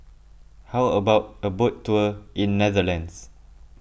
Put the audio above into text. how about a boat tour in Netherlands